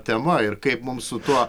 tema ir kaip mums su tuo